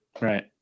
Right